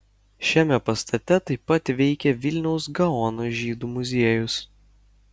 šiame pastate taip pat veikia vilniaus gaono žydų muziejus